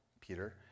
Peter